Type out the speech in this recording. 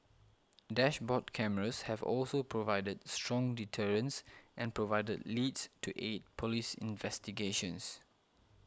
dashboard cameras have also provided strong deterrence and provided leads to aid police investigations